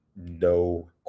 no